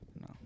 No